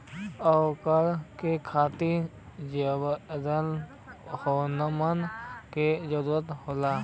अंकुरण के खातिर जिबरेलिन हार्मोन क जरूरत होला